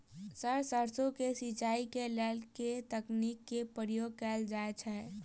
Sir सैरसो केँ सिचाई केँ लेल केँ तकनीक केँ प्रयोग कैल जाएँ छैय?